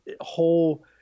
whole